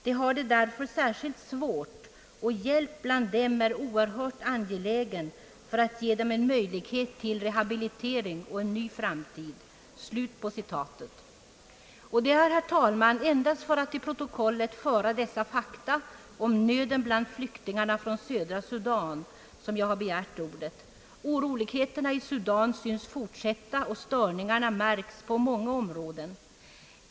De har det därför särskilt svårt, och hjälp bland dem är oerhört angelägen för att ge dem en möjlighet till rehabilitering och en ny framtid.» Det är, herr talman, endast för att till protokollet föra dessa fakta om nöden bland flyktingarna från södra Sudan som jag har begärt ordet. Oroligheterna i Sudan synes fortsätta, och störningarna märks på många områden.